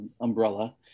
umbrella